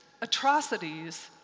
atrocities